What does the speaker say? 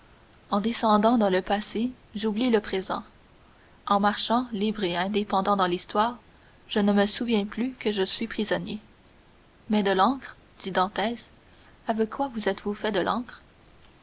en descendant dans le passé j'oublie le présent en marchant libre et indépendant dans l'histoire je ne me souviens plus que je suis prisonnier mais de l'encre dit dantès avec quoi vous êtes-vous fait de l'encre